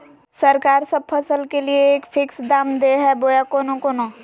सरकार सब फसल के लिए एक फिक्स दाम दे है बोया कोनो कोनो?